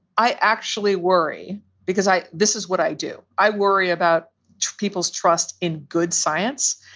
i actually worry because i this is what i do. i worry about people's trust in good science.